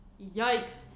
Yikes